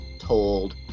told